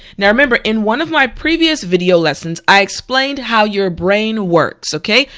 now remember in one of my previous video lessons i explained how your brain works, okay?